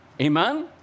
Amen